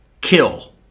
Kill